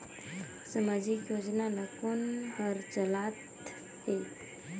समाजिक योजना ला कोन हर चलाथ हे?